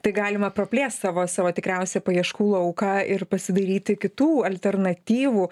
tai galima praplėst savo savo tikriausia paieškų lauką ir pasidairyti kitų alternatyvų